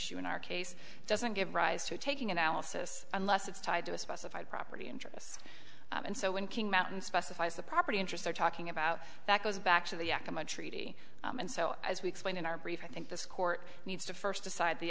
issue in our case doesn't give rise to taking analysis unless it's tied to a specified property interests and so when king mountain specifies the property interests are talking about that goes back to the akamai treaty and so as we explained in our brief i think this court needs to first decide the